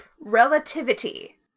Relativity